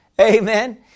Amen